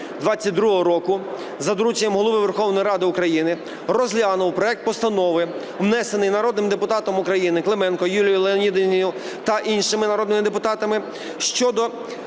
2022 року за дорученням Голови Верховної Ради України, розглянув проект Постанови, внесений народним депутатом України Клименко Юлією Леонідівною та іншими народними депутатами,